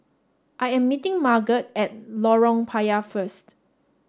I am meeting Margot at Lorong Payah first